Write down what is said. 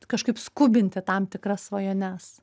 kažkaip skubinti tam tikras svajones